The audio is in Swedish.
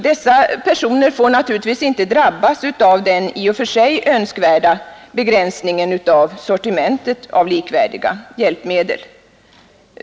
Dessa personer får naturligtvis inte drabbas av den i och för sig önskvärda begränsningen av sortimentet av likvärdiga hjälpmedel.